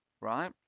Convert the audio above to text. right